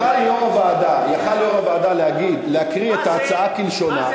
יכול היה יושב-ראש הוועדה להקריא את ההצעה כלשונה,